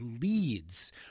leads